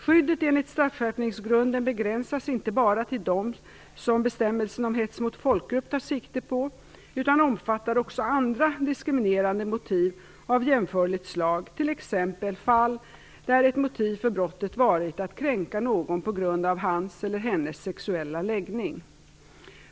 Skyddet enligt straffskärpningsgrunden begränsas inte bara till dem som bestämmelsen om hets mot folkgrupp tar sikte på utan omfattar också andra diskriminerande motiv av jämförligt slag, t.ex. fall där ett motiv för brottet varit att kränka någon på grund av hans eller hennes sexuella läggning.